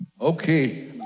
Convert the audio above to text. Okay